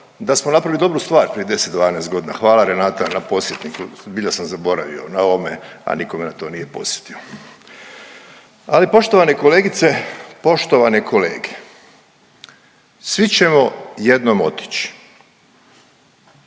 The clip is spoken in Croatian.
da smo napravili dobru stvar prije 10-12.g.. Hvala Renata na podsjetniku, zbilja sam zaboravio na ovome, a niko me na to nije podsjetio. Ali poštovane kolegice i poštovane kolege, svi ćemo jednom otići,